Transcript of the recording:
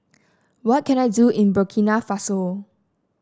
what can I do in Burkina Faso